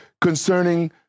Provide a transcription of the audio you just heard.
concerning